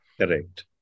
Correct